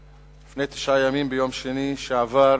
לפני תשעה ימים, ביום שני שעבר,